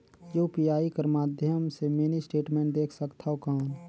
UPI कर माध्यम से मिनी स्टेटमेंट देख सकथव कौन?